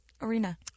arena